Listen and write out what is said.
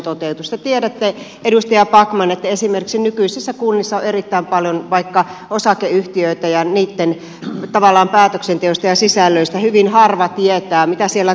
te tiedätte edustaja backman että esimerkiksi nykyisissä kunnissa on erittäin paljon vaikka osakeyhtiöitä ja niitten tavallaan päätöksenteosta ja sisällöistä hyvin harva tietää mitä siellä tapahtuu